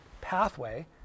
pathway